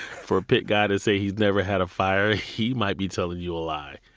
for a pit guy to say he's never had a fire, he might be telling you a lie.